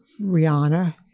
Rihanna